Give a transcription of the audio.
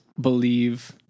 believe